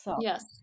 Yes